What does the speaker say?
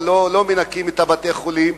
מנקים את בתי-החולים.